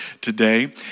today